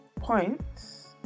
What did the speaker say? points